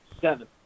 Seven